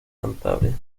cantabria